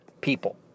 people